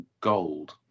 Gold